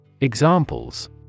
Examples